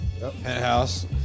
Penthouse